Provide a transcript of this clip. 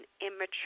immature